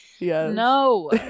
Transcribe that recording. No